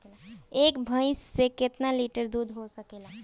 एक भइस से कितना लिटर दूध हो सकेला?